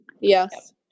Yes